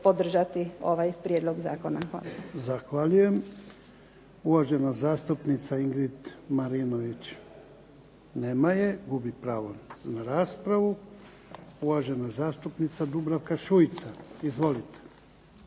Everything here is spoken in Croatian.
podržati ovaj prijedlog zakona. Hvala. **Jarnjak, Ivan (HDZ)** Zahvaljujem. Uvažena zastupnica Ingrid Marinović. Nema je. Gubi pravo na raspravu. Uvažena zastupnica Dubravka Šuica. Izvolite.